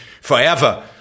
forever